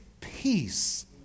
peace